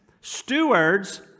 stewards